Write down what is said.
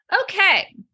Okay